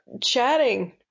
chatting